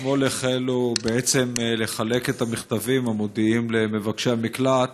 אתמול החלו לחלק את המכתבים המודיעים למבקשי המקלט